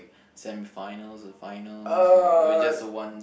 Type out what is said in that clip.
semifinals or finals or or it's just a one